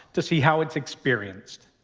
to see how it's experienced.